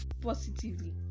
positively